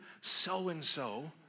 so-and-so